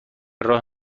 راه